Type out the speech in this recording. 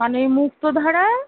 মানে মুক্তধারা